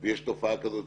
לפעמים יש תופעה של